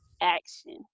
action